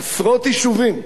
עשרות יישובים,